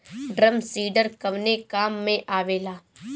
Drum seeder कवने काम में आवेला?